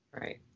right